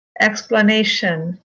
explanation